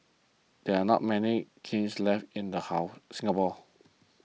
there are not many kilns left in Singapore